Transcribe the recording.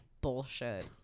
bullshit